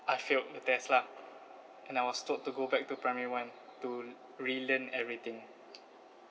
I failed the test lah and I was told to go back to primary one to l~ relearn everything